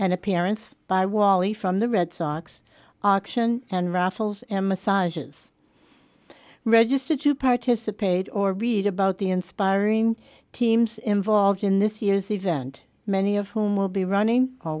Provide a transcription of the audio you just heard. appearance by wally from the red sox auction and raffles and massages register to participate or read about the inspiring teams involved in this year's event many of whom will be running